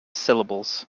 syllables